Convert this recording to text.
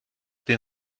den